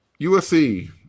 USC